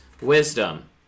wisdom